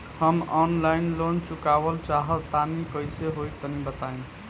हम online loan चुकावल चाहऽ तनि कइसे होई तनि बताई?